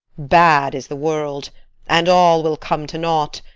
bad is the world and all will come to naught,